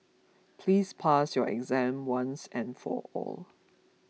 please pass your exam once and for all